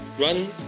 run